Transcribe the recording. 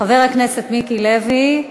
חבר הכנסת מיקי לוי,